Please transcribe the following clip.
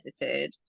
edited